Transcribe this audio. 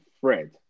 Fred